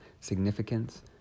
significance